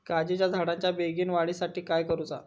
काजीच्या झाडाच्या बेगीन वाढी साठी काय करूचा?